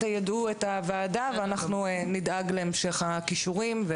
תיידעו את הוועדה ואנחנו נדאג להמשך הקישורים.